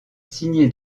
signé